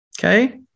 Okay